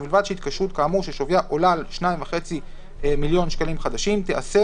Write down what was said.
ובלבד שהתקשרות כאמור ששוויה עולה על 2,500,000 שקלים חדשים תיעשה